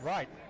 Right